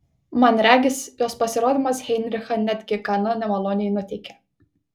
man regis jos pasirodymas heinrichą netgi gana nemaloniai nuteikė